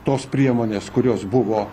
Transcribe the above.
tos priemonės kurios buvo